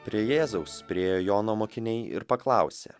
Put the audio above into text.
prie jėzaus priėjo jono mokiniai ir paklausė